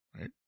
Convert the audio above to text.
Right